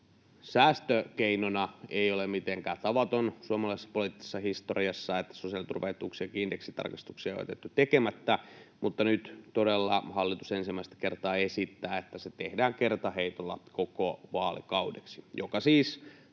säästökeinona ei ole mitenkään tavaton suomalaisessa poliittisessa historiassa, että sosiaaliturvaetuuksien indeksitarkastuksia on jätetty tekemättä, mutta nyt todella hallitus ensimmäistä kertaa esittää, että se tehdään kertaheitolla koko vaalikaudeksi, mikä siis